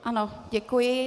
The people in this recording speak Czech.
Ano, děkuji.